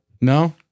no